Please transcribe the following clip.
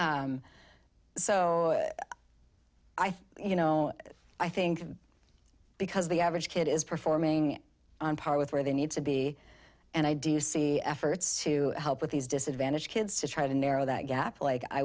think you know i think because the average kid is performing on par with where they need to be and i do see efforts to help with these disadvantaged kids to try to narrow that gap like i